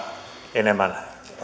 enemmän